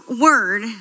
word